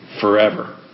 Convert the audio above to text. forever